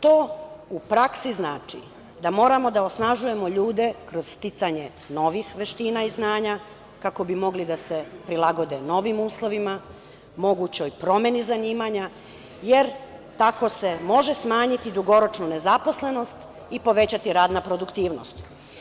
To u praksi znači da moramo da osnažujemo ljude kroz sticanje novih veština i znanja kako bi mogli da se prilagode novim uslovima, mogućoj promeni zanimanja, jer tako se može smanjiti dugoročno nezaposlenost i povećati radna produktivnost.